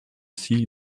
see